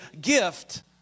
gift